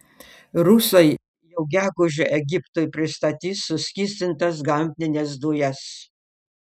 rusai jau gegužę egiptui pristatys suskystintas gamtines dujas